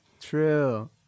True